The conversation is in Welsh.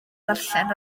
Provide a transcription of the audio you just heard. ddarllen